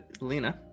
Lena